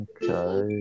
Okay